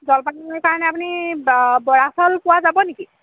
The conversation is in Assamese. জলপানৰ কাৰণে আপুনি বৰা চাউল পোৱা যাব নেকি